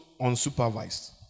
unsupervised